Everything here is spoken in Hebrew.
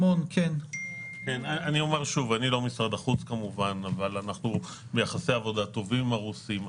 אני לא ממשרד החוץ כמובן אבל אנחנו ביחסי עבודה טובים עם הרוסים.